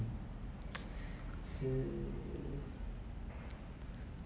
c